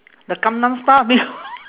the gangnam style